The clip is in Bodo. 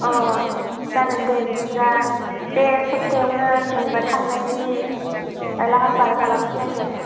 अ जागोन दे बिदिब्ला बे सप्तायावनो जेनेबा थांनायनि लाहार फाहार खालामनोसै आङो